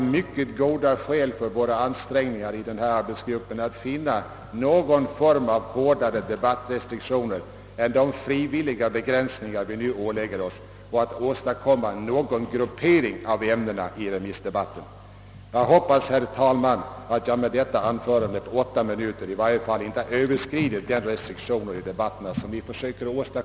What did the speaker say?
Men att vi är värst är ju knappast någonting att stoltsera med.